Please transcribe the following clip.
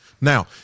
Now